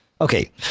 Okay